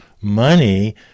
money